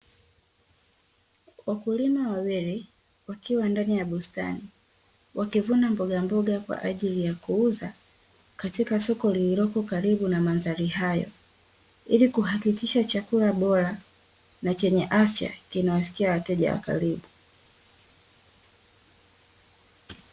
Wakulima wawili, wakiwa ndani ya bustani wakivuna mbogamboga kwaajili ya kuuza, katika soko lililoko karibu na mandhari hayo, ili kuhakikisha chakula bora na chenye afya, kinawafikia wateja wa karibu.